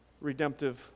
redemptive